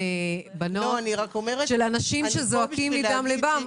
משפחות של אנשים שזועקים מדם לבם.